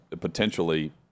potentially